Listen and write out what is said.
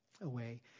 away